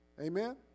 Amen